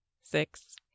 six